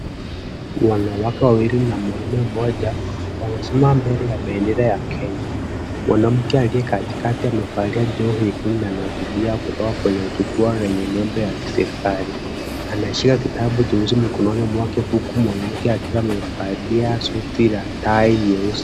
Wanawake wawili na mwanaume mmoja wamesimama mbele ya bendera ya Kenya. Mwanamke aliye katikati amevalia joho nyekundu na anahutubia kutoka kwenye jukwaa lenye nembo ya kiserikali. Anashika kitabu jeusi mkononi mwake huku mwanamke akiwa amevalia suti na tai nyeusi.